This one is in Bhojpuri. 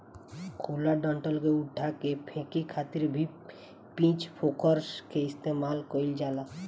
खुला डंठल के उठा के फेके खातिर भी पिच फोर्क के इस्तेमाल कईल जाला